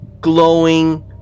glowing